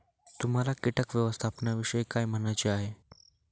तुम्हाला किटक व्यवस्थापनाविषयी काय म्हणायचे आहे?